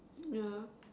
yeah